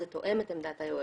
זה תואם את עמדת היועץ,